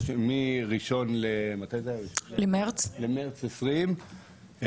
מ- 1 למרץ 2020,